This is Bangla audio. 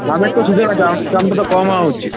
আমের তো সিজন আছে আমের দামটা তো কম হওয়া উচিত